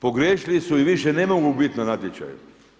Pogriješili su i više ne mogu biti na natječaju.